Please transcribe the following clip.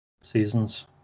seasons